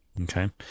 okay